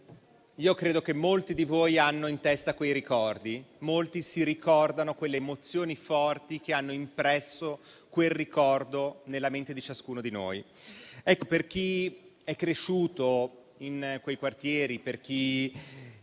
credo che molti di voi abbiano in testa quei ricordi, molti si ricordano quelle emozioni forti che hanno impresso quel ricordo nella mente di ciascuno di noi. Per chi è cresciuto invece in quei quartieri, per chi è